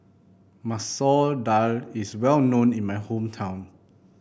Masoor Dal is well known in my hometown